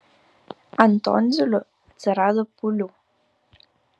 ant tonzilių atsirado pūlių